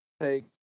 take